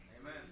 Amen